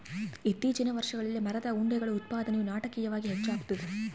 ಇತ್ತೀಚಿನ ವರ್ಷಗಳಲ್ಲಿ ಮರದ ಉಂಡೆಗಳ ಉತ್ಪಾದನೆಯು ನಾಟಕೀಯವಾಗಿ ಹೆಚ್ಚಾಗ್ತದ